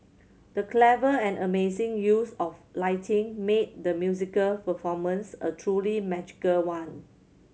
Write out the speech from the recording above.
the clever and amazing use of lighting made the musical performance a truly magical one